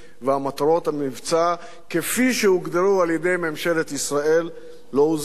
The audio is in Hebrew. ומטרות המבצע כפי שהוגדרו על-ידי ממשלת ישראל לא הושגו.